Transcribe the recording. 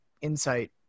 insight